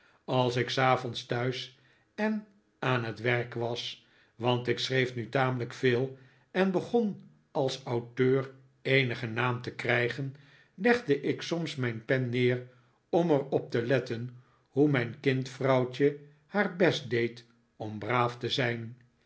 als ik s avonds thuis en aan het werk was want ik schreef nu tamelijk veel en begon als auteur eenigen naam te krijgen legde ik soms mijn pen neer om er op te letten hoe mij kind vrouwtje haar best deed om braaf te zijn